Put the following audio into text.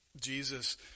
Jesus